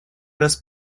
раз